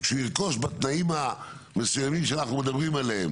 כשהוא ירכוש בתנאים המסוימים שאנחנו מדברים עליהם